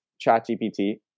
ChatGPT